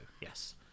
yes